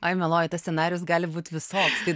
o jei meluojate scenarijus gali būt visoks tai